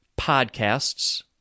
podcasts